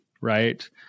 right